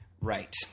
Right